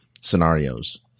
scenarios